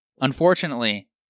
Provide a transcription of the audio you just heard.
Unfortunately